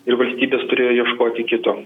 ir valstybės turėjo ieškoti kito